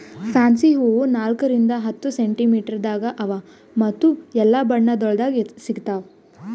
fancy ಹೂವು ನಾಲ್ಕು ರಿಂದ್ ಹತ್ತು ಸೆಂಟಿಮೀಟರದಾಗ್ ಅವಾ ಮತ್ತ ಎಲ್ಲಾ ಬಣ್ಣಗೊಳ್ದಾಗ್ ಸಿಗತಾವ್